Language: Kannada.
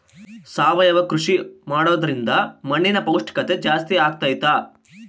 ಸಾವಯವ ಕೃಷಿ ಮಾಡೋದ್ರಿಂದ ಮಣ್ಣಿನ ಪೌಷ್ಠಿಕತೆ ಜಾಸ್ತಿ ಆಗ್ತೈತಾ?